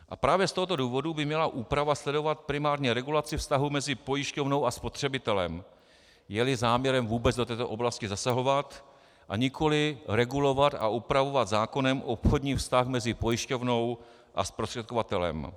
A právě z tohoto důvodu by měla úprava sledovat primárně regulaci vztahu mezi pojišťovnou a spotřebitelem, jeli záměrem vůbec do této oblasti zasahovat, a nikoliv regulovat a upravovat zákonem obchodní vztah mezi pojišťovnou a zprostředkovatelem.